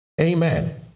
Amen